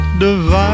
divine